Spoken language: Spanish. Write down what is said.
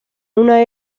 una